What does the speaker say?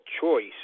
Choice